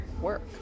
work